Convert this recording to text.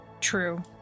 True